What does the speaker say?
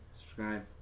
subscribe